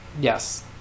Yes